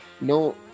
No